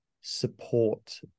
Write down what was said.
support